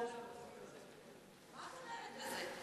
מה את אומרת בזה?